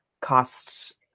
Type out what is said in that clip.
cost